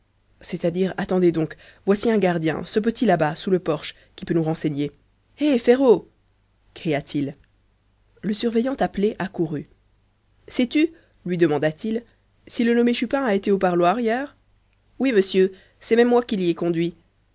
c'est-à-dire attendez donc voici un gardien ce petit là-bas sous le porche qui peut nous renseigner hé ferrau cria-t-il le surveillant appelé accourut sais-tu lui demanda-t-il si le nommé chupin a été au parloir hier oui monsieur c'est même moi qui l'y ai conduit